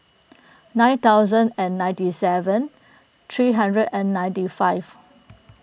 nine thousand and ninety seven three hundred and ninety five